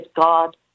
God